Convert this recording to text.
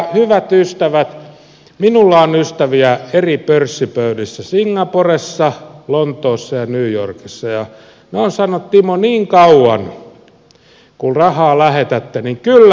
hyvät ystävät minulla on ystäviä eri pörssipöydissä singaporessa lontoossa ja new yorkissa ja he ovat sanoneet että timo niin kauan kuin rahaa lähetätte kyllä me pelaamme ja kylläpä vaan lähetetään